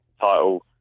title